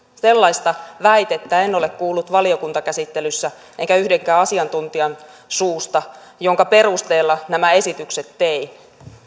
sellaista väitettä en ole kuullut valiokuntakäsittelyssä enkä yhdenkään asiantuntijan suusta minkä perusteella nämä esitykset tein